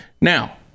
now